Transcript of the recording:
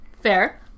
Fair